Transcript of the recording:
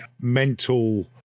mental